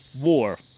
War